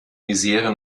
misere